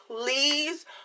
please